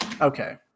Okay